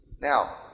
Now